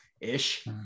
ish